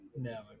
no